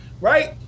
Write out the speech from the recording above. right